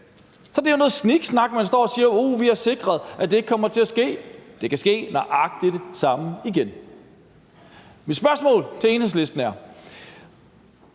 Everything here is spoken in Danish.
Så det er jo noget sniksnak, når man står og siger: Uh, vi har sikret, at det ikke kommer til at ske. Der kan ske nøjagtig det samme igen. Mit spørgsmål til Enhedslisten er: